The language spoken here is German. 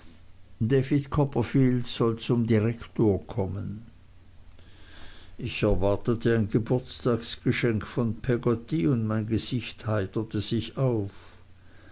david copperfield soll zum direktor kommen ich erwartete ein geburtstagsgeschenk von peggotty und mein gesicht heiterte sich auf